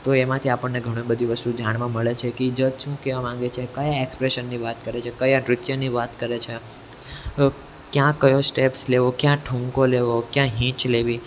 તો એમાંથી આપણને ઘણી બધી વસ્તુ જાણવા મળે છે કે એ જજ શું કહેવા માંગે છે ક્યાં એક્સપ્રેશનની વાત કરે છે કયા નૃત્યની વાત કરે છે ક્યાં કયો સ્ટેપ્સ લેવો ક્યાં ઠૂમકો લેવો ક્યાં હીંચ લેવી